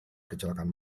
kecelakaan